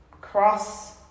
cross